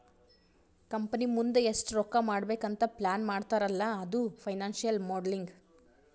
company ಮುಂದ್ ಎಷ್ಟ ರೊಕ್ಕಾ ಮಾಡ್ಬೇಕ್ ಅಂತ್ ಪ್ಲಾನ್ ಮಾಡ್ತಾರ್ ಅಲ್ಲಾ ಅದು ಫೈನಾನ್ಸಿಯಲ್ ಮೋಡಲಿಂಗ್